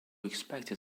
expected